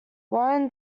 warren